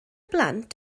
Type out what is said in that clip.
blant